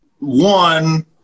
one